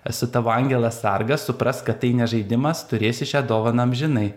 esu tavo angelas sargas suprask kad tai ne žaidimas turėsi šią dovaną amžinai